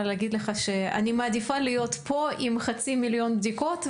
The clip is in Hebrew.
להגיד לך שאני מעדיפה להיות פה עם חצי מיליון בדיקות,